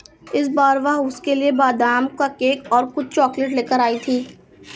इस बार वह उसके लिए बादाम का केक और कुछ चॉकलेट लेकर आई थी